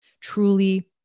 truly